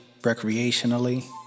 recreationally